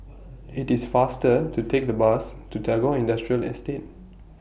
IT IS faster to Take The Bus to Tagore Industrial Estate